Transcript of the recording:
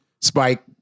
Spike